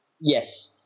Yes